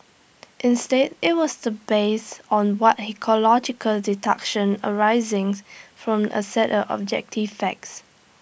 instead IT was based on what he called logical deduction arisings from A set of objective facts